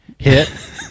hit